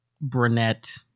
brunette